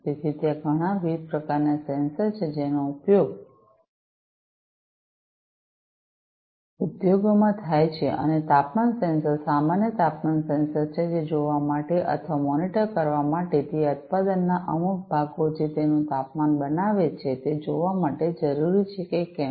તેથી ત્યાં ઘણા ઘણા વિવિધ પ્રકારનાં સેન્સર છે જેનો ઉપયોગ ઉદ્યોગોમાં થાય છે અને તાપમાન સેન્સર સામાન્ય તાપમાન સેન્સર છે જે જોવા માટે અથવા મોનિટર કરવા માટે તે ઉત્પાદનના અમુક ભાગો જે તેનું તાપમાન બનાવે છે તે જોવા માટે જરૂરી છે કે કેમ